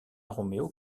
romeo